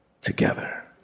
together